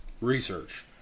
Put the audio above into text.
research